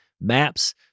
maps